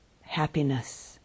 happiness